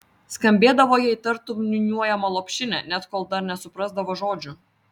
skambėdavo jai tartum niūniuojama lopšinė net kol dar nesuprasdavo žodžių